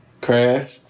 Crash